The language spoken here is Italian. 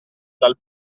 dal